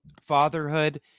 fatherhood